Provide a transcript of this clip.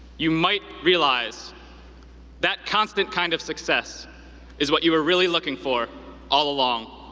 you might realize that constant kind of success is what you were really looking for all along.